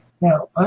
Now